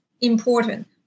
important